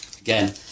again